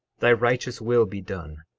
thy righteous will be done,